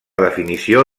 definició